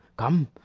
come!